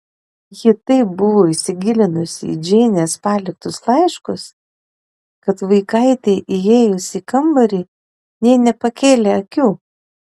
ji taip buvo įsigilinusi į džeinės paliktus laiškus kad vaikaitei įėjus į kambarį nė nepakėlė akių